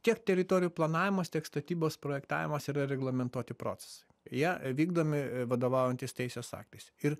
tiek teritorijų planavimas tiek statybos projektavimas yra reglamentuoti procesai jie vykdomi vadovaujantis teisės aktais ir